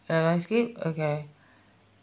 you want skip okay